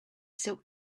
silk